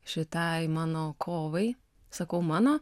šitai mano kovai sakau mano